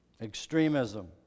Extremism